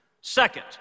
Second